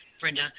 Brenda